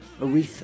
Aretha